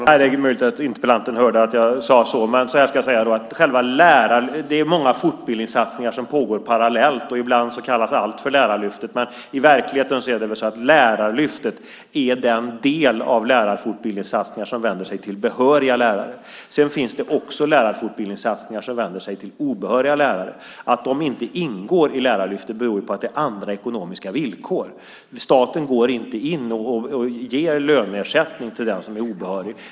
Herr talman! Det är möjligt att interpellanten hörde mig säga så. Jag ska säga att det är många fortbildningssatsningar som pågår parallellt. Ibland kallas allt för Lärarlyftet, men i verkligheten är Lärarlyftet den del av lärarfortbildningssatsningen som vänder sig till behöriga lärare. Sedan finns det andra lärarfortbildningssatsningar som vänder sig till obehöriga lärare. Att de inte ingår i Lärarlyftet beror på att det är andra ekonomiska villkor. Staten går inte in och ger löneersättning till den som är obehörig.